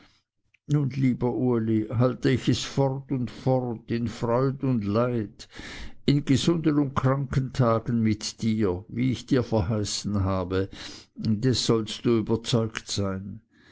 lieber uli halte ich es fort und fort in freud und leid in gesunden und kranken tagen mit dir wie ich es dir verheißen habe des sollst du überzeugt sein